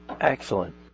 Excellent